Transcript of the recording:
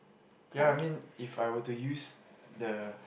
ya I mean if I were to use the